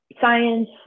science